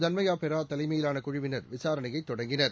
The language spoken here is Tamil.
தன்மயா பெரா தலைமையிவான குழுவினர் விசாரணையை தொடங்கினர்